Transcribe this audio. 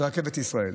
זה רכבת ישראל.